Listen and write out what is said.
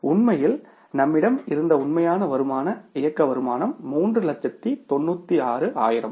ஆனால் உண்மையில் நம்மிடம் இருந்த உண்மையான வருமான இயக்க வருமானம் 396000 லட்சம் டாலர்கள்